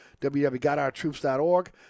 www.gotourtroops.org